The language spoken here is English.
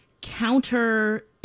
counter